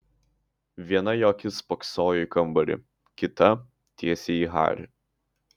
viena jo akis spoksojo į kambarį kita tiesiai į harį